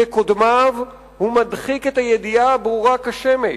כקודמיו הוא מדחיק את הידיעה הברורה כשמש,